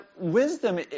wisdom